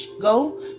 go